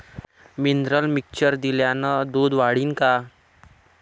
Mineral mixture दिल्यानं दूध वाढीनं का?